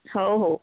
हो हो